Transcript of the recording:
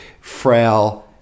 frail